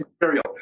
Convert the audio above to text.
material